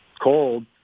cold